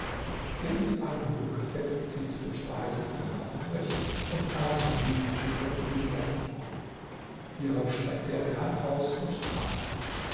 setzte sich zu den speisen denn er war hungrig und aß von diesen schüsseln bis er satt war hierauf streckte er die hand aus und trank